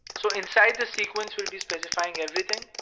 so inside the sequence we'll be specifying everything.